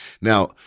Now